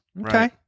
Okay